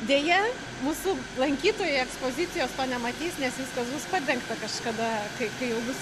deja mūsų lankytojai ekspozicijos nematys nes viskas bus padengta kažkada kai kai jau bus